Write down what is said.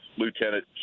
lieutenant